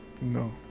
No